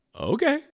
Okay